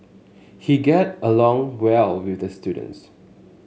he get along well with the students